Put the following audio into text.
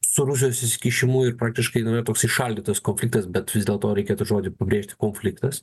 su rusijos įsikišimu ir praktiškai toks įšaldytas konfliktas bet vis dėlto reikėtų žodį pabrėžti konfliktas